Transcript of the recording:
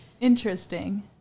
Interesting